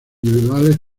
individuales